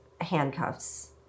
handcuffs